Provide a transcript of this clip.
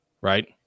right